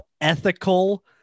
ethical